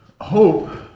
Hope